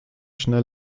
schnell